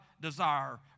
desire